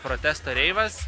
protesto reivas